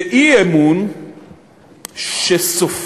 זה אי-אמון שסופו,